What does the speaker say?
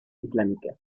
islámica